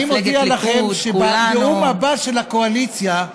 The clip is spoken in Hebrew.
אני מודיע לכם שבנאום הבא, מפלגת ליכוד, כולנו.